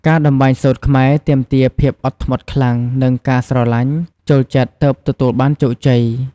ការតម្បាញសូត្រខ្មែរ ទាមទារភាពអត់ធ្មត់ខ្លាំង និងការស្រទ្បាញ់ ចូលចិត្តទើបទទួលបានជោគជ័យ។